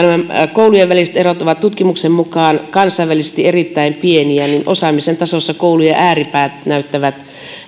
nämä koulujen väliset erot ovat tutkimuksen mukaan kansainvälisesti erittäin pieniä niin osaamisen tasossa koulujen ääripäät näyttävät